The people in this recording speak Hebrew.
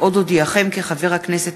עדי קול,